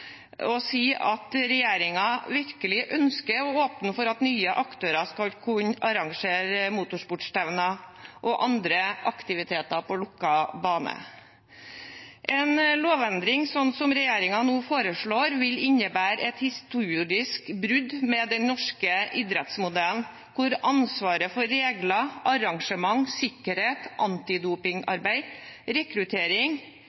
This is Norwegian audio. og sier at regjeringen virkelig ønsker å åpne for at nye aktører skal kunne arrangere motorsportstevner og andre aktiviteter på lukket bane. En lovendring slik som regjeringen nå foreslår, vil innebære et historisk brudd med den norske idrettsmodellen, hvor ansvaret for regler, arrangement, sikkerhet,